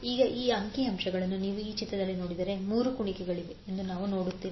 ಈಗ ಈ ಅಂಕಿ ಅಂಶವನ್ನು ನೀವು ಈ ಚಿತ್ರದಲ್ಲಿ ನೋಡಿದರೆ 3 ಕುಣಿಕೆಗಳಿವೆ ಎಂದು ನಾವು ನೋಡುತ್ತೇವೆ